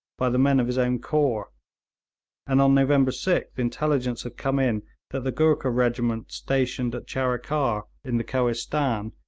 by the men of his own corps and on november sixth intelligence had come in that the goorkha regiment stationed at charikar in the kohistan,